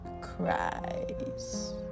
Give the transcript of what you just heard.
cries